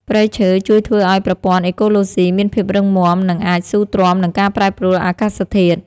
ព្រៃឈើជួយធ្វើឱ្យប្រព័ន្ធអេកូឡូស៊ីមានភាពរឹងមាំ និងអាចស៊ូទ្រាំនឹងការប្រែប្រួលអាកាសធាតុ។